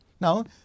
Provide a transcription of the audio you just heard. Now